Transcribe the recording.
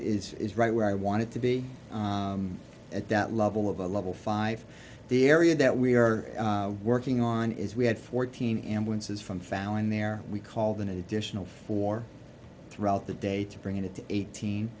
it is right where i wanted to be at that level of a level five the area that we are working on is we had fourteen ambulances from fallin there we called an additional four throughout the day to bring it to eighteen